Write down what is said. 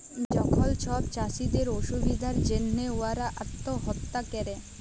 যখল ছব চাষীদের অসুবিধার জ্যনহে উয়ারা আত্যহত্যা ক্যরে